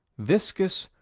viscous,